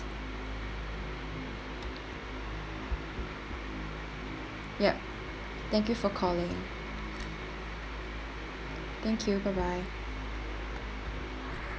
yup thank you for calling thank you bye bye